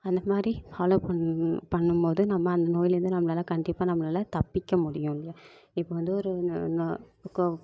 அந்தமாதிரி ஃபாலோ பண்ணணும் பண்ணும் போது நம்ம நோய்லேருந்து நம்மளால கண்டிப்பாக நம்மளால தப்பிக்கமுடியும் இல்லையா இப்போ வந்து ஒரு இப்போ